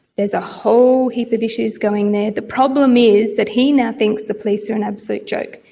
there's a whole heap of issues going there. the problem is that he now thinks the police are an absolute joke.